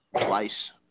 twice